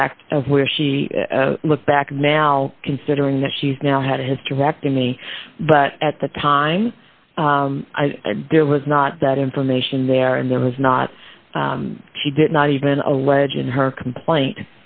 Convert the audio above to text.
fact of where she looks back now considering that she's now had a hysterectomy but at the time there was not that information there and there was not she did not even allege in her complaint